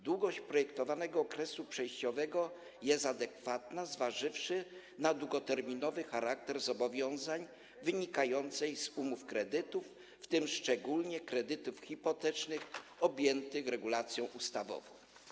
Długość projektowanego okresu przejściowego jest adekwatna, zważywszy na długoterminowy charakter zobowiązań wynikających z umów kredytów, w tym szczególnie kredytów hipotecznych, objętych regulacją ustawową.